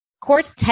Courts